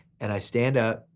and i stand up,